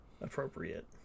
Appropriate